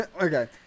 okay